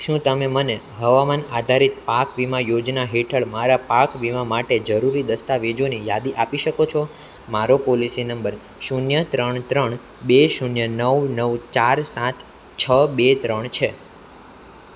શું તમે મને હવામાન આધારિત પાક વીમા યોજના હેઠળ મારા પાક વીમા માટે જરૂરી દસ્તાવેજોની યાદી આપી શકો છો મારો પોલિસી નંબર શૂન્ય ત્રણ ત્રણ બે શૂન્ય નવ નવ ચાર સાત છ બે ત્રણ છે